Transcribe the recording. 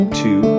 two